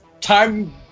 time